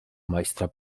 majstra